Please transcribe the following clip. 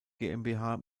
gmbh